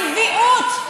צביעות,